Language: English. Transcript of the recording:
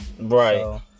right